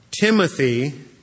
Timothy